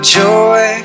joy